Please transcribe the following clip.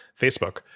Facebook